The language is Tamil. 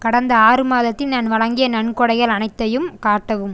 கடந்த ஆறு மாதத்தில் நான் வழங்கிய நன்கொடைகள் அனைத்தையும் காட்டவும்